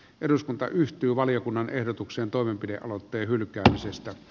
eduskunta yhtyy valiokunnan ehdotuksen toimenpidealoitteen hylkäämisestä